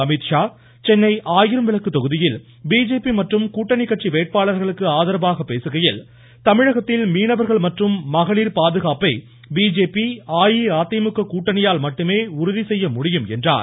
அமீத்ஷா சென்னை ஆயிரம் விளக்கு தொகுதியில் பிஜேபி மற்றும் கூட்டணி கட்சி வேட்பாளர்களுக்கு ஆதரவாக பேசுகையில் தமிழகத்தில் மீனவர்கள் மற்றும் மகளிர் பாதுகாப்பை பிஜேபி அஇஅதிமுக கூட்டணியால் மட்டுமே உறுதி செய்ய முடியும் என்றார்